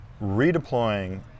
redeploying